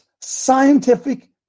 scientific